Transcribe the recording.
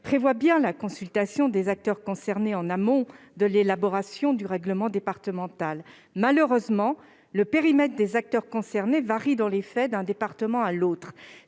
prévoit bien la consultation des « acteurs concernés » en amont de l'élaboration du règlement départemental. Malheureusement, le périmètre retenu varie dans les faits d'un département à l'autre.